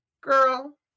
girl